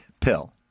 Pill